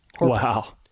Wow